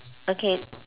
okay